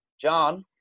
John